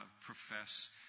profess